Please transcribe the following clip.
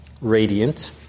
radiant